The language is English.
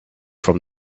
from